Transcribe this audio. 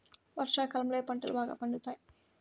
వర్షాకాలంలో ఏ పంటలు బాగా పండుతాయి?